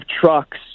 trucks